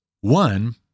one